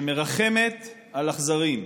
שמרחמת על אכזרים,